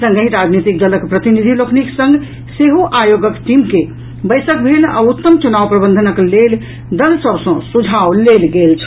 संगहि राजनीतिक दलक प्रतिनिधि लोकनिक संग सेहो आयोगक टीम के बैसक भेल आ उत्तम चुनाव प्रबंधनक लेल दल सभ सँ सुझाव लेल गेल छल